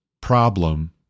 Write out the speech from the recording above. problem